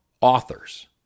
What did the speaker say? authors